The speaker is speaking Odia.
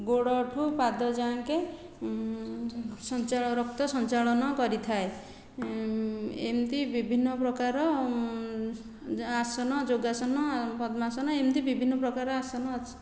ଗୋଡ଼ ଠୁ ପାଦ ଯାଁକେ ରକ୍ତ ସଂଚାଳନ କରିଥାଏ ଏମିତି ବିଭିନ୍ନ ପ୍ରକାର ଆସନ ଯୋଗାସନ ପଦ୍ମାସନ ଏମିତି ବିଭିନ୍ନ ପ୍ରକାର ଆସନ ଅଛି